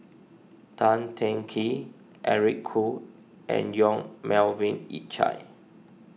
Tan Teng Kee Eric Khoo and Yong Melvin Yik Chye